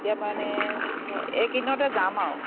এতিয়া মানে এই কেইদিনতে যাম আৰু